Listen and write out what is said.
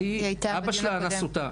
שאבא שלה אנס אותה